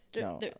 no